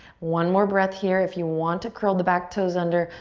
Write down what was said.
one more breath here. if you want to curl the back toes under,